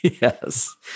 Yes